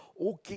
okay